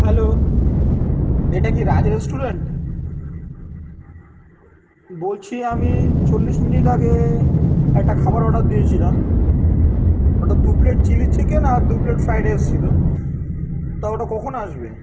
hello এটা কি Raj restaurant বলছি আমি চল্লিশ মিনিট আগে একটা খাবার অর্ডার দিয়েছিলাম ওটা দু প্লেট চিলি চিকেন আর দু প্লেট রাইস ছিল তা ওটা কখন আসবে